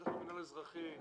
בטח המינהל האזרחי,